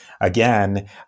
Again